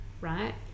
right